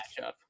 matchup